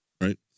right